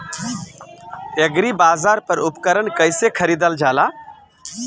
एग्रीबाजार पर उपकरण कइसे खरीदल जाला?